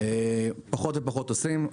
פחות ופחות עושים.